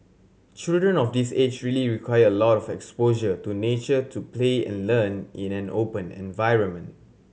children of this age really require a lot of exposure to nature to play and learn in an open environment